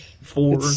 four